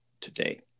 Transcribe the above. today